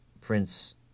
Prince